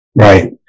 Right